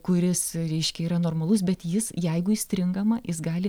kuris reiškia yra normalus bet jis jeigu įstringama jis gali